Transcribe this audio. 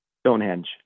Stonehenge